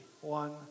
one